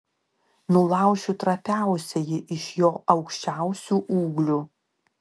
nulaušiu trapiausiąjį iš jo aukščiausių ūglių